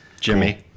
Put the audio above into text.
Jimmy